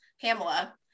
Pamela